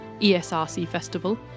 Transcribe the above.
ESRCFestival